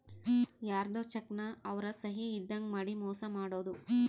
ಯಾರ್ಧೊ ಚೆಕ್ ನ ಅವ್ರ ಸಹಿ ಇದ್ದಂಗ್ ಮಾಡಿ ಮೋಸ ಮಾಡೋದು